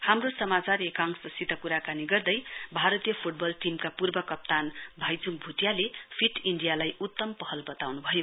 हाम्रो समाचिर एकाशंसित कुराकानी गर्दै भारतीय फुटबल टीमका पूर्व कप्तान भाइचुङ भुटियाले फिट इण्डियालाई उत्तम पहल बताउनु भयो